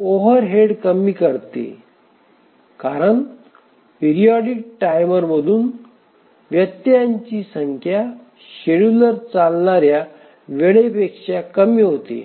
overhead कमी करते कारण पिरिऑडिक टाइमरमधून व्यत्ययांची संख्या शेड्यूलर चालणार्या वेळेपेक्षा कमी होते